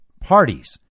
parties